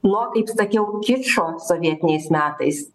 nuo kaip sakiau kičo sovietiniais metais